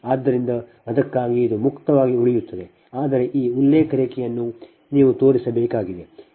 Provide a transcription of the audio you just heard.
ಆದ್ದರಿಂದ ಅದಕ್ಕಾಗಿಯೇ ಇದು ಮುಕ್ತವಾಗಿ ಉಳಿಯುತ್ತದೆ ಆದರೆ ಈ ಉಲ್ಲೇಖ ರೇಖೆಯನ್ನು ನೀವು ತೋರಿಸಬೇಕಾಗಿದೆ